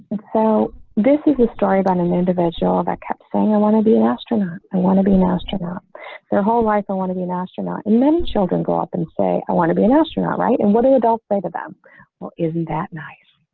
so this is a story about an individual that kept saying, i want to be an astronaut. i want to be an astronaut their whole life. i want to be an astronaut and many children grow up and say, i want to be an astronaut. right. and what do adults say to them well. isn't that nice.